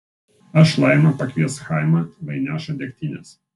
aš laima pakviesk chaimą lai neša degtinės